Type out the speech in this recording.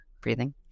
breathing